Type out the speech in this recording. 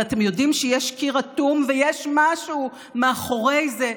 אבל אתם יודעים שיש קיר אטום ויש משהו מאחורי זה,